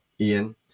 Ian